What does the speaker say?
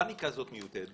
הפאניקה הזאת מיותרת.